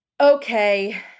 okay